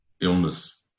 illness